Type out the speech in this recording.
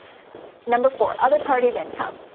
number four other party's income.